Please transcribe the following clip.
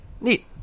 Neat